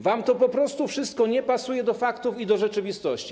Wam to po prostu wszystko nie pasuje do faktów i do rzeczywistości.